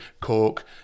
Cork